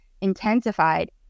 intensified